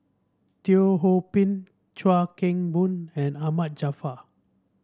Teo Ho Pin Chuan Keng Boon and Ahmad Jaafar